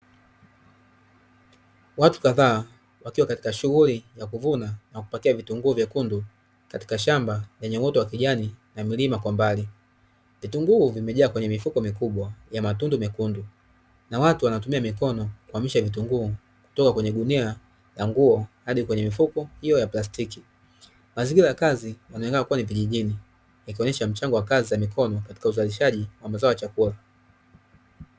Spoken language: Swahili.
Watu kadhaa wakiwa katika shughuli ya kuvuna na kupakia vitunguu vyekundu katika shamba lenye uoto wa kijani na milima kwa mbali. Vitunguu vimejaa kwenye mifuko mikubwa ya matundu mekundu, na watu wanatumia mikono kuhamisha vitunguu kutoka kwenye gunia la nguo hadi kwenye mifuko hio ya plastiki. Mazingira ya kazi yanaonekana kuwa ni vijijini, ikionesha mchango wa kazi za mikono katika uzalishaji wa mazao ya chakula.